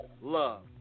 love